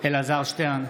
אלעזר שטרן,